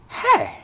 hey